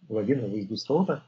laviną vaizdų srautą